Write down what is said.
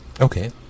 Okay